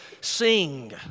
sing